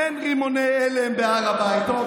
אין רימוני הלם בהר הבית, למה אתה צועק?